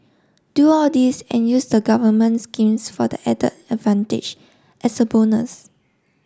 do all this and use the government schemes for the added advantage as a bonus